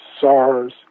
SARS